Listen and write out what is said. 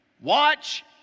watch